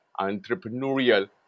entrepreneurial